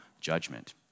judgment